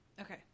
Okay